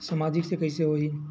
सामाजिक से कइसे होही?